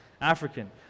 African